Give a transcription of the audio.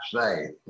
say